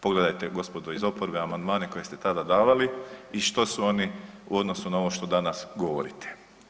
Pogledajte gospodo iz oporbe amandmane koje ste tada davali i što su oni u odnosu na ovo što danas govorite.